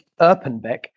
erpenbeck